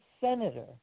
senator